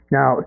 Now